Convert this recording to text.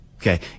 Okay